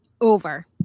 over